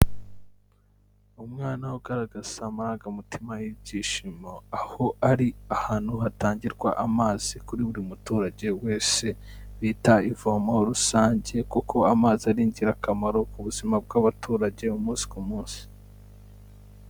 Umwana ugaragaza amarangamutima y'ibyishimo aho ari ahantu hatangirwa amazi kuri buri muturage wese bita ivomo rusange kuko amazi ari ingirakamaro ku buzima bw'abaturage umunsi ku munsi.